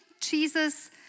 Jesus